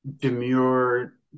demure